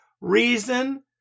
reason